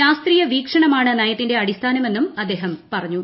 ശാസ്ത്രീയ വീക്ഷണമാണ് നയത്തിന്റെ അടിസ്ഥാനമെന്നും അദ്ദേഹം പറഞ്ഞു